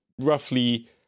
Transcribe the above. roughly